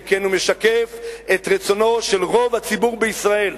שכן הוא משקף את רצונו של רוב הציבור בישראל,